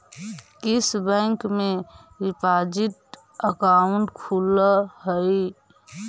किस बैंक में deposit account खुलअ हई